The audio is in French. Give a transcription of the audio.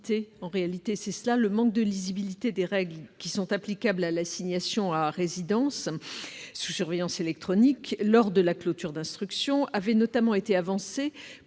de la justice. Le manque de lisibilité des règles applicables à l'assignation à résidence sous surveillance électronique lors de la clôture de l'instruction avait notamment été avancé